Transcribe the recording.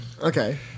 Okay